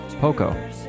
Poco